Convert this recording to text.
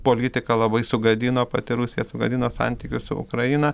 politika labai sugadino pati rusija sugadino santykius su ukraina